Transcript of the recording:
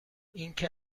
اینکه